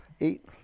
eight